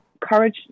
courage